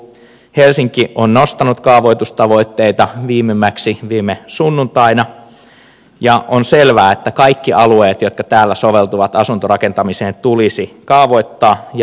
helsinki on nostanut kaavoitustavoitteita viimemmäksi viime sunnuntaina ja on selvää että kaikki alueet jotka täällä soveltuvat asuntorakentamiseen tulisi kaavoittaa ja rakentaa